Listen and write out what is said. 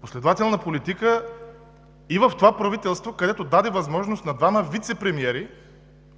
последователна политика и в това правителство, където даде възможност на двама вицепремиери